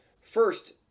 first